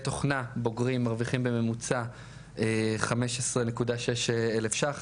תכנה בוגרים מרווחים בממוצע 15.6 אלף ₪,